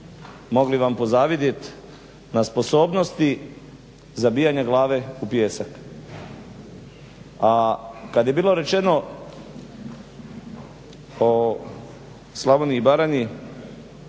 mogli vam pozavidjet na sposobnosti zabijanja glave u pijesak. A kad je bilo rečeno o Slavoniji i Baranji,